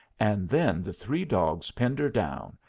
and then the three dogs pinned her down,